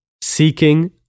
seeking